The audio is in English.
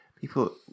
people